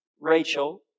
Rachel